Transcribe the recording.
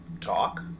talk